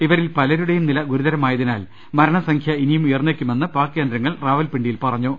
ഇവരിൽ പലരുടേയും നില ഗുരുതരമായതിനാൽ മരണ സംഖ്യ ഇനിയും ഉയർന്നേക്കുമെന്ന് പാക് കേന്ദ്രങ്ങൾ റാവൽപി ണ്ടിയിൽ അറിയിച്ചു